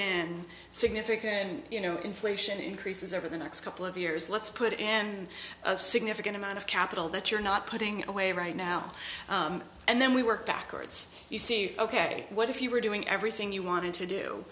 in significant and you know inflation increases over the next couple of years let's put it in a significant amount of capital that you're not putting away right now and then we work backwards you see ok what if you were doing everything you wanted to do